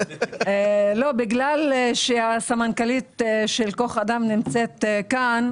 בגלל שסמנכ"לית כוח אדם נמצאת כאן,